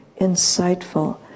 insightful